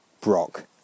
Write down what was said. Brock